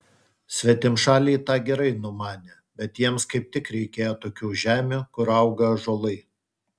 svetimšaliai tą gerai numanė bet jiems kaip tik reikėjo tokių žemių kur auga ąžuolai